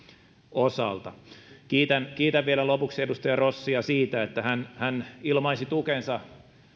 osalta kiitän kiitän vielä lopuksi edustaja rossia siitä että hän hän ilmaisi tukensa